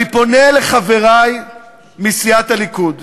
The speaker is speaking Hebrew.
אני פונה לחברי מסיעת הליכוד,